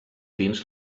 dins